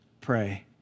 pray